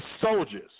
Soldiers